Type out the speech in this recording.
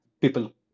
People